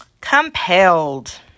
Compelled